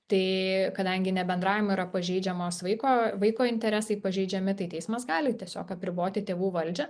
tai kadangi nebendravimu yra pažeidžiamos vaiko vaiko interesai pažeidžiami tai teismas gali tiesiog apriboti tėvų valdžią